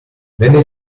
venne